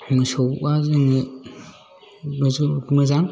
मोसौआ जोंनो मोजां